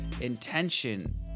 intention